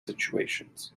situations